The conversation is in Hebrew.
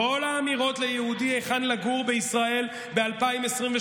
כל האמירות ליהודי היכן לגור בישראל ב-2023,